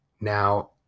Now